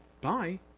Bye